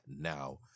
now